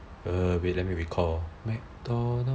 eh wait let me recall